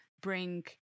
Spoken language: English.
bring